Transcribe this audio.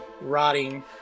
rotting